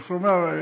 איך לומר?